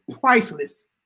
priceless